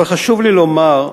אבל חשוב לי לומר,